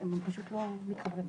הם פשוט לא מתחברים.